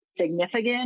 significant